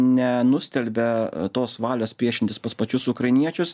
nenustelbia tos valios priešintis pas pačius ukrainiečius